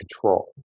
control